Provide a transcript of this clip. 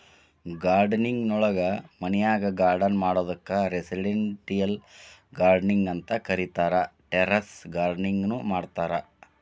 gardening ನೊಳಗ ಮನ್ಯಾಗ್ garden ಮಾಡೋದಕ್ಕ್ ರೆಸಿಡೆಂಟಿಯಲ್ ಗಾರ್ಡನಿಂಗ್ ಅಂತ ಕರೇತಾರ, ಟೆರೇಸ್ ಗಾರ್ಡನಿಂಗ್ ನು ಮಾಡ್ತಾರ